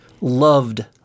loved